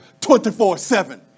24-7